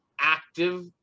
active